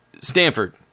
Stanford